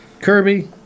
Kirby